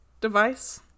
device